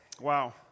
wow